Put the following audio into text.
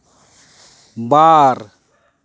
ᱵᱟᱨ